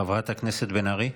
חברת הכנסת בן ארי.